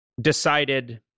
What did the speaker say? decided